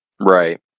Right